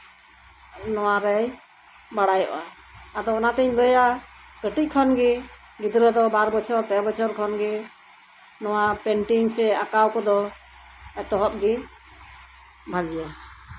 ᱱᱚᱣᱟᱨᱮ ᱵᱟᱲᱟᱭᱚᱜᱼᱟ ᱟᱫᱚ ᱚᱱᱟ ᱛᱤᱧ ᱞᱟᱹᱭᱟ ᱠᱟᱹᱴᱤᱡ ᱠᱷᱚᱱᱜᱮ ᱜᱤᱫᱽᱨᱟᱹ ᱫᱚ ᱵᱟᱨ ᱵᱚᱪᱷᱚᱨ ᱯᱮ ᱵᱚᱪᱷᱚᱨ ᱠᱷᱚᱱᱜᱮ ᱱᱚᱣᱟ ᱯᱮᱱᱴᱤᱝ ᱥᱮ ᱟᱸᱠᱟᱣ ᱠᱚᱫᱚ ᱮᱛᱚᱦᱚᱵ ᱜᱮ ᱵᱷᱟᱹᱜᱤᱭᱟ